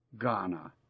Ghana